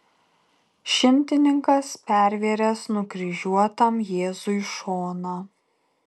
šimtininkas pervėręs nukryžiuotam jėzui šoną